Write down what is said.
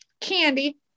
Candy